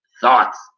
thoughts